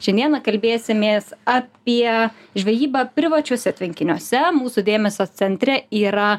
šiandien kalbėsimės apie žvejybą privačiuose tvenkiniuose mūsų dėmesio centre yra